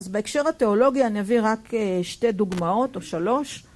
אז בהקשר התיאולוגיה אני אביא רק שתי דוגמאות או שלוש.